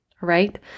right